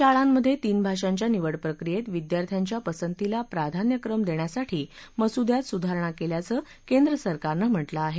शाळांमधे तीन भाषांच्या निवडप्रक्रियेत विद्यार्थ्यांच्या पसंतीला प्राधान्यक्रम देण्यासाठी मसुद्यात सुधारणा केल्याचं केंद्रसरकारनं म्हात्रिं आहे